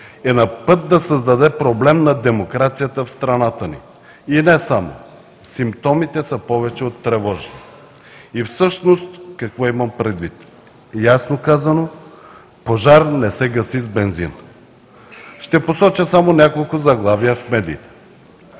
е на път да създаде проблем на демокрацията в страната ни. И не само! Симптомите са повече от тревожни. Всъщност какво имам предвид? Ясно казано: „Пожар не се гаси с бензин“. Ще посоча само няколко заглавия в медиите.